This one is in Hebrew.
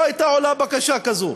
לא הייתה עולה בקשה כזו.